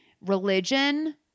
religion